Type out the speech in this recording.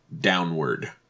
downward